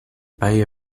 bay